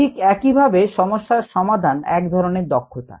ঠিক একইভাবে সমস্যার সমাধান এক ধরনের দক্ষতা